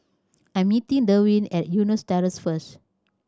I'm meeting Derwin at Eunos Terrace first